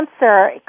answer